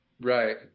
Right